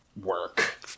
work